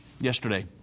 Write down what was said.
yesterday